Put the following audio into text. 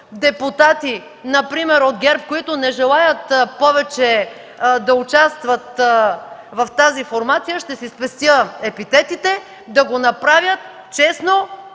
депутати, например от ГЕРБ, които не желаят повече да участват в тази формация, ще си спестя епитетите, да го направят честно,